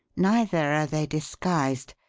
neither are they disguised.